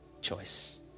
choice